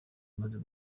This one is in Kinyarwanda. imaze